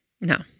No